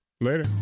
Later